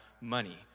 money